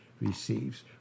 receives